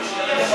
הוא השקיע שנה.